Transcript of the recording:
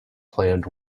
planned